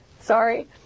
Sorry